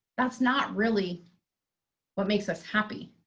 that's not really what makes us happy,